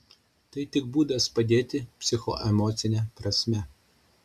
tai tik būdas padėti psichoemocine prasme